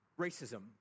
racism